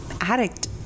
addict